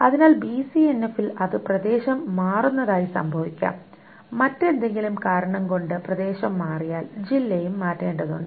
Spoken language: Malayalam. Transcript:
അതിനാൽ ബിസിഎൻഎഫിൽ അത് പ്രദേശം മാറുന്നതായി സംഭവിക്കാം മറ്റെന്തെങ്കിലും കാരണം കൊണ്ട് പ്രദേശം മാറിയാൽ ജില്ലയും മാറ്റേണ്ടതുണ്ട്